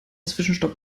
zwischenstopp